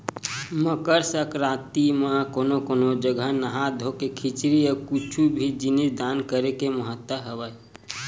मकर संकरांति म कोनो कोनो जघा नहा धोके खिचरी अउ कुछु भी जिनिस दान करे के महत्ता हवय